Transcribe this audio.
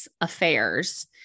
affairs